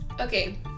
Okay